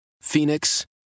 Phoenix